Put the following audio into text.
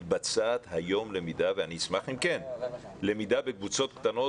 מתבצעת היום - ואני אשמח אם כן - למידה בקבוצות קטנות